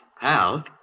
pal